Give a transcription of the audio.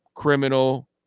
criminal